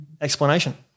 explanation